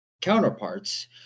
counterparts